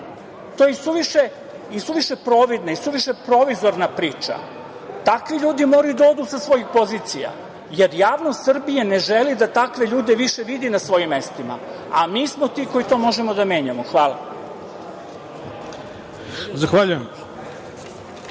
To je isuviše providno, isuviše provizorna priča. Takvi ljudi moraju da odu sa svojih pozicija, jer javnost Srbije ne želi da takve ljude više vidi na svojim mestima, a mi smo ti koji to možemo da menjamo. Hvala. **Ivica